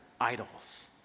idols